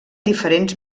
diferents